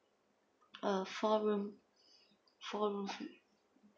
uh four room four room fl~